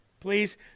please